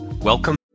Welcome